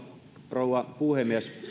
rouva puhemies